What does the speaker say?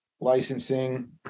Licensing